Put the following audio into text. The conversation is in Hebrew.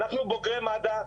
אנחנו בוגרי מד"א,